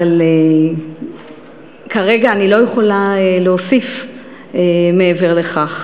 אבל כרגע אני לא יכולה להוסיף מעבר לכך.